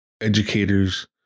educators